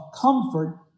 comfort